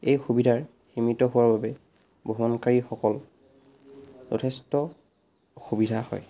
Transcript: সেই সুবিধাৰ সীমিত হোৱাৰ বাবে ভ্ৰমণকাৰীসকল যথেষ্ট অসুবিধা হয়